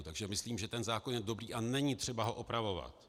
Takže myslím, že ten zákon je dobrý a není třeba ho opravovat.